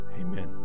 amen